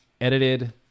edited